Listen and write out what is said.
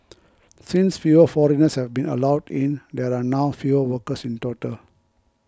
since fewer foreigners have been allowed in there are now fewer workers in total